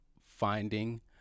finding